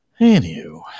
Anywho